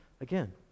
Again